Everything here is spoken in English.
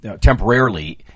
temporarily